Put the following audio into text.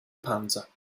panza